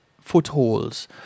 footholds